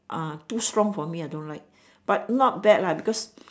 ah too strong for me I don't like but not bad lah because